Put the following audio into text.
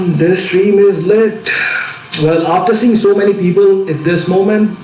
this dream is lit well after seeing so many people at this moment,